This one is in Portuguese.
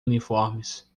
uniformes